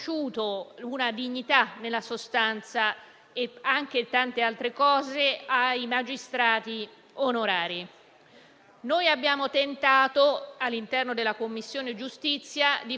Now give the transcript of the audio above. Nessuno naturalmente pensa che i magistrati onorari possano essere equiparati a quelli togati, non c'è una velleità di questo genere, vi è però un'esigenza,